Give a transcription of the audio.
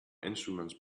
instruments